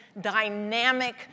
dynamic